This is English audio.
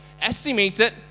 estimated